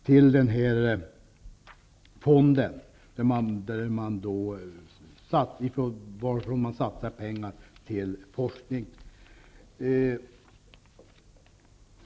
till en fond för att satsas på forskning.